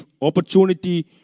opportunity